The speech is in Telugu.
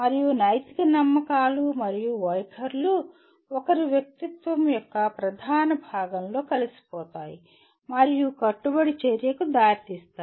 మరియు నైతిక నమ్మకాలు మరియు వైఖరులు ఒకరి వ్యక్తిత్వం యొక్క ప్రధాన భాగంలో కలిసిపోతాయి మరియు కట్టుబడి చర్యకు దారితీస్తాయి